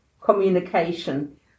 communication